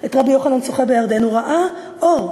את רבי יוחנן שוחה בירדן הוא ראה אור,